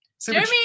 Jeremy